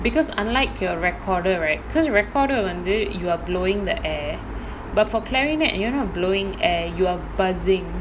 because unlike your recorder right because recorder வந்து:vanthu you're blowing the air but for clarinet you're not blowing air you are buzzing